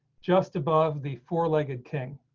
just above the four legged king